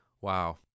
Wow